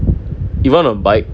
even on bike